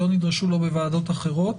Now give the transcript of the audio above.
לא נדרשו לו בוועדות אחרות.